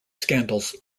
scandals